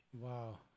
Wow